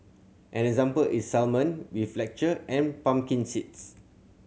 an example is salmon with lecture and pumpkin seeds